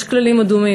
יש כללים אדומים,